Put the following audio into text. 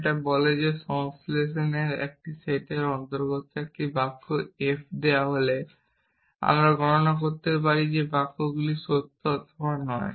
এটি বলে যে সংশ্লেষণের এই সেটের অন্তর্গত একটি বাক্য f দেওয়া হলে আমরা গণনা করতে পারি বাক্যগুলি সত্য অথবা নয়